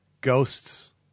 ghosts